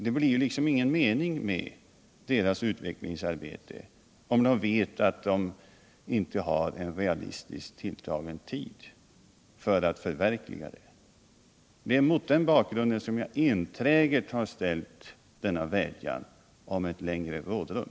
Det blir ingen mening med deras utvecklingsarbete, om de vet att de inte har en realistiskt beräknad tid för förverkligandet. Det är mot denna bakgrund som jag enträget har riktat denna vädjan om mer rådrum.